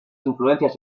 influencias